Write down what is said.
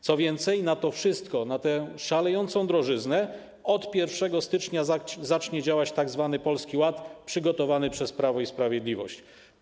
Co więcej, na to wszystko, na tę szalejącą drożyznę od 1 stycznia zacznie działać tzw. Polski Ład przygotowany przez Prawo i Sprawiedliwość.